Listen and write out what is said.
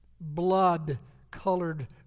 blood-colored